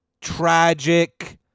tragic